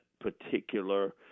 particular